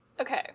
Okay